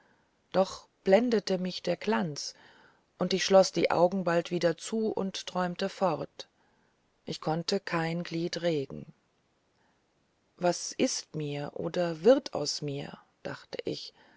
doch blendete mich der glanz und ich schloß die augen bald wieder zu und träumte fort ich konnte kein glied regen was ist mir oder wird aus mir dacht ich